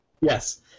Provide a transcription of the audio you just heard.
Yes